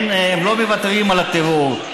הם לא מוותרים על הטרור,